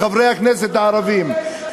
לחברי הכנסת הערבים.